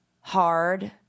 hard